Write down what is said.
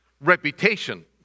reputation